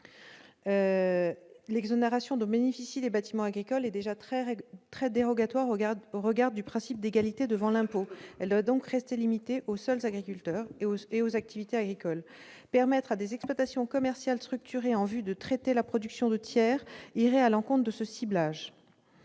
l'exonération dont bénéficient les bâtiments agricoles est déjà très dérogatoire au regard du principe d'égalité devant l'impôt ; elle doit donc rester limitée aux agriculteurs et aux activités agricoles. L'appliquer à des exploitations commerciales structurées en vue de traiter la production de tiers irait à l'encontre de ce ciblage.